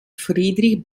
friedrich